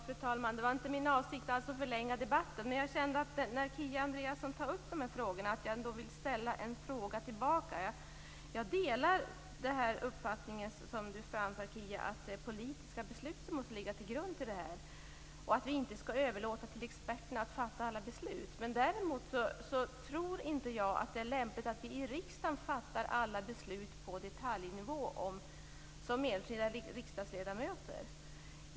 Fru talman! Det är inte min avsikt att förlänga debatten, men jag vill ändå ställa en fråga tillbaka till Kia Andreasson eftersom hon tog upp dessa frågor. Jag delar uppfattningen att politiska beslut måste ligga till grund och att vi inte skall överlåta till experterna att fatta alla beslut, men jag tror däremot inte att det är lämpligt att vi som enskilda riksdagsledamöter fattar alla beslut på detaljnivå.